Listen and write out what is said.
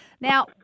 Now